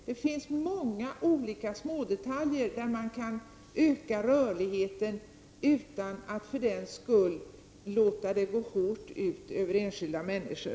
Det finns många smådetaljer med vilka man kan öka rörligheten utan att för den skull låta det gå hårt ut över enskilda människor.